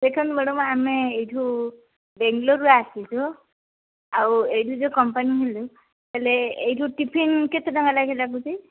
ଦେଖନ୍ତୁ ମ୍ୟାଡମ୍ ଆମେ ଏଇଠୁ ବେଙ୍ଗଲୋରରୁ ଆସିଛୁ ଆଉ ଏଇଠୁ ଯୋଉ କମ୍ପାନୀ ହେଲୁ ହେଲେ ଏଇଠୁ ଟିଫିନ୍ଡୂଗିିଗଲ଼ କେତେ ଟଙ୍କା ଲାଖେ ଲାଗୁଛି